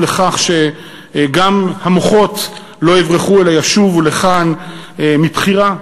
לכך שגם המוחות לא יברחו אלא ישובו לכאן מבחירה,